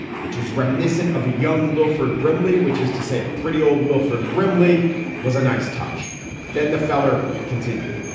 which is reminiscent of a young wilford brimley, which is to say a pretty old wilford brimley was a nice touch but then the feller continued,